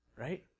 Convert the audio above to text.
right